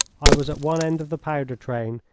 i was at one end of the powder train,